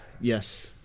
Yes